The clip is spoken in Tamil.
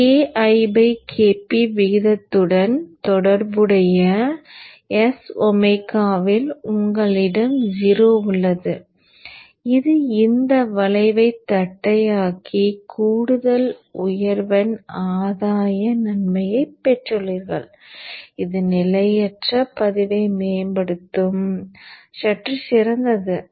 இந்த Ki Kp விகிதத்துடன் தொடர்புடைய s ω இல் உங்களிடம் 0 உள்ளது அது இந்த வளைவைத் தட்டையாக்கி கூடுதல் உயர் அதிர்வெண் ஆதாய நன்மையைப் பெற்றுள்ளீர்கள் இது நிலையற்ற பதிலை மேம்படுத்தும் சற்று சிறந்தது